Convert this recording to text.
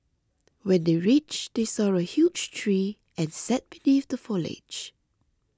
when they reached they saw a huge tree and sat beneath the foliage